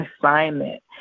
assignment